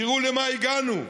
תראו למה הגענו.